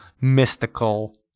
mystical